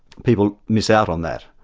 people miss out on that,